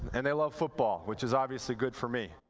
and they love football, which is obviously good for me.